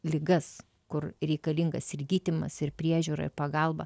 ligas kur reikalingas ir gydymas ir priežiūra ir pagalba